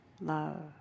love